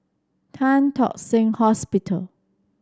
Tan Tock Seng Hospital